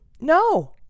No